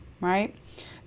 right